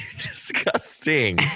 disgusting